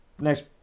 next